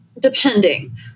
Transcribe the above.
Depending